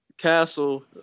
Castle